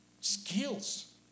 skills